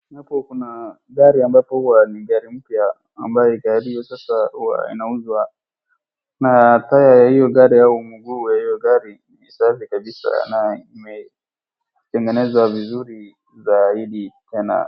Hapo kuna gari ambapo huwa ni gari mpya ambaye gari hii sasa huwa inauzwa. Na trye ya hii gari au mguu ya hio gari ni safi kabisa na imetengenezwa vizuri zaidi tena..